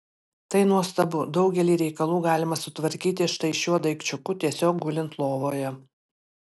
tai nuostabu daugelį reikalų galima sutvarkyti štai šiuo daikčiuku tiesiog gulint lovoje